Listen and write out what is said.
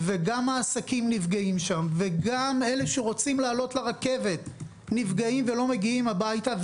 העסקים נפגעים שם וגם אלה שרוצים לעלות לרכבת נפגעים ולא מגיעים הביתה,